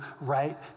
right